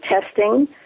testing